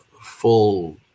full